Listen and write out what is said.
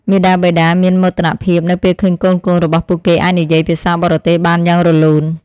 មាតាបិតាមានមោទនភាពនៅពេលឃើញកូនៗរបស់ពួកគេអាចនិយាយភាសាបរទេសបានយ៉ាងរលូន។